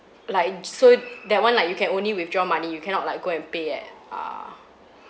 like j~ so that one like you can only withdraw money you cannot like go and pay at err